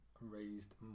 raised